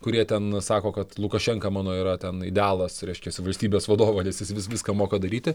kurie ten sako kad lukašenka mano yra ten idealas reiškiasi valstybės vadovo nes jis vis viską moka daryti